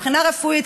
מבחינה רפואית,